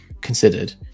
considered